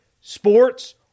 Sports